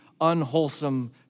unwholesome